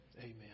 Amen